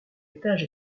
étage